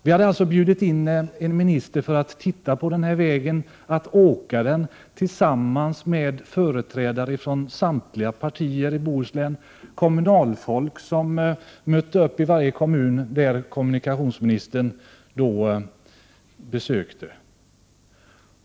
Vi hade alltså bjudit in kommunikationsministern för att titta på vägen och att åka den tillsammans med företrädare för samtliga partier i Bohuslän. Kommunalfolk mötte upp i varje kommun som han besökte.